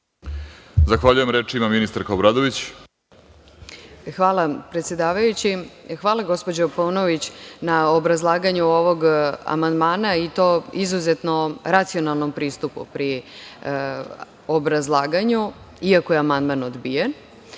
Zahvaljujem. Reč ima ministarka Obradović. **Marija Obradović** Hvala, predsedavajući. Hvala gospođo Paunović na obrazlaganju ovog amandmana i to izuzetno racionalnom pristupu pri obrazlaganju, iako je amandman odbijen